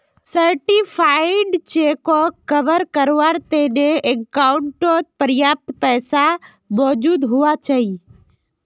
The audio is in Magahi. सर्टिफाइड चेकोक कवर कारवार तने अकाउंटओत पर्याप्त पैसा मौजूद हुवा चाहि